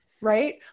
right